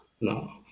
no